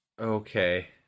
Okay